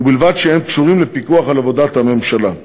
ובלבד שהם קשורים לפיקוח על עבודת הממשלה.